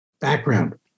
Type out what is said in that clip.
background